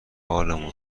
حالمه